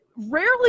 Rarely